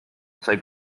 sai